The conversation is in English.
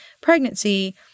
pregnancy